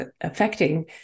affecting